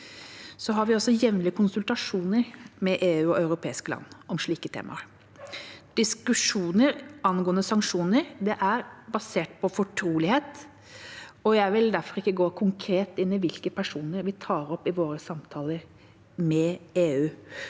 Vi har også jevnlige konsultasjoner med EU og europeiske land om slike temaer. Diskusjoner angående sanksjoner er basert på fortrolighet, og jeg vil derfor ikke gå konkret inn i hvilke personer vi tar opp i våre samtaler med EU.